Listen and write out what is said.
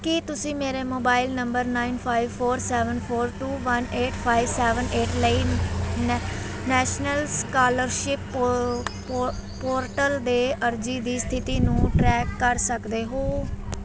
ਕੀ ਤੁਸੀਂ ਮੇਰੇ mobile number nine five four seven four two one eight five seven eight ਲਈ ਨੈ national scholarship ਪੋ ਪੋ ਪੋਰਟਲ ਦੇ ਅਰਜ਼ੀ ਦੀ ਸਥਿਤੀ ਨੂੰ ਟਰੈਕ ਕਰ ਸਕਦੇ ਹੋ